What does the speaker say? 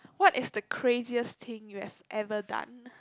what is the craziest thing you have ever done